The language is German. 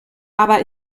aber